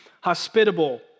hospitable